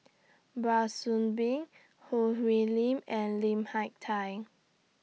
Soon Bee Choo Hwee Lim and Lim Hak Tai